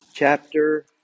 chapter